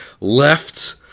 left